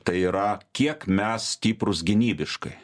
tai yra kiek mes stiprūs gynybiškai